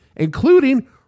including